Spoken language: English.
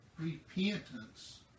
Repentance